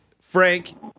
Frank